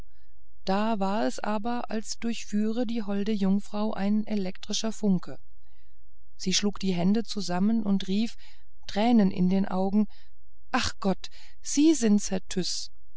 da war es aber als durchführe die holde jungfrau ein elektrischer funke sie schlug die hände zusammen und rief tränen in den augen ach gott sie sind herr